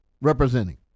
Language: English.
representing